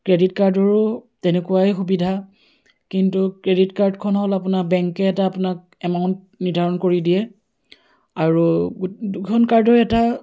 credit কাৰ্ডৰো তেনেকুৱাই সুবিধা কিন্তু ক্ৰেডিট কাৰ্ডখন হ'ল আপোনাৰ বেংকে এটা আপোনাক এমাউণ্ট নিৰ্ধাৰণ কৰি দিয়ে আৰু দুখন কাৰ্ডৰ এটা